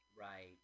Right